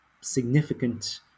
significant